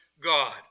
God